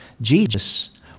jesus